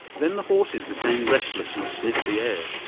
then the horses became restless and sniffed the air.